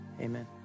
amen